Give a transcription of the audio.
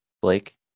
Blake